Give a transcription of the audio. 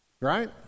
right